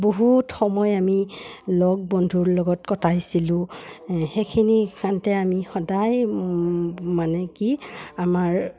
বহুত সময় আমি লগ বন্ধুৰ লগত কটাইছিলোঁ সেইখিনি আমি সদায় মানে কি আমাৰ